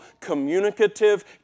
communicative